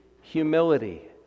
humility